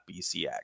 bcx